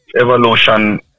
evolution